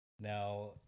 now